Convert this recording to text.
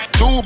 Two